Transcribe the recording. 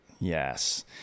Yes